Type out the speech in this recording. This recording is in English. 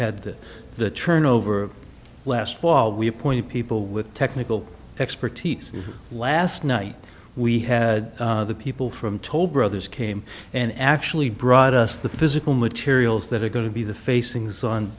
had the turnover last fall we appoint people with technical expertise last night we had the people from toll brothers came and actually brought us the physical materials that are going to be the facings on